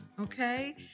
okay